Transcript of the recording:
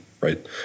right